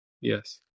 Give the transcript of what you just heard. Yes